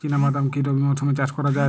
চিনা বাদাম কি রবি মরশুমে চাষ করা যায়?